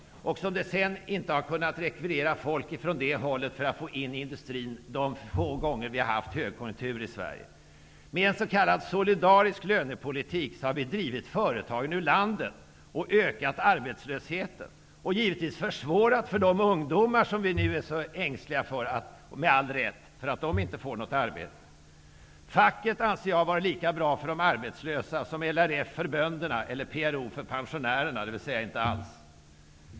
Sedan har det inte gått att rekvirera folk från det hållet till industrin de få gånger vi har haft högkonjunktur i Sverige. Med en s.k. solidarisk lönepolitik har vi drivit företagen ur landet och ökat arbetslösheten samt givetvis försvårat för de ungdomar som vi nu är så ängsliga för -- med all rätt -- att de inte får något arbete. Facket har varit lika bra för de arbetslösa som LRF för bönderna eller PRO för pensionärerna, dvs. inte bra alls.